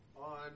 on